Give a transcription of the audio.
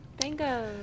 Bingo